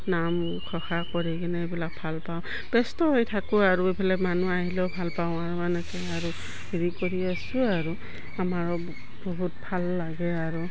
নাম ঘোষা পঢ়ি কিনে এইবিলাক ভাল পাওঁ ব্যস্ত হৈ থাকোঁ আৰু এইফালে মানুহ আহিলেও ভাল পাওঁ আৰু এনেকৈ আৰু হেৰি কৰি আছোঁ আৰু আমাৰো বহুত ভাল লাগে আৰু